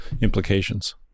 Implications